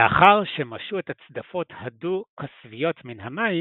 לאחר שמשו את הצדפות הדו-קשוויות מן המים,